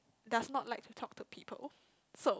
does not like to talk to people so